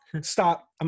Stop